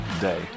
day